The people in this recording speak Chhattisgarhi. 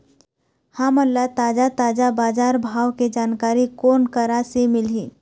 हमन ला ताजा ताजा बजार भाव के जानकारी कोन करा से मिलही?